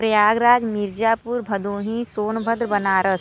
Prayagraj Mirzapur Bhadohi Sonbhadra Banaras